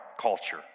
culture